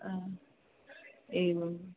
हा एवं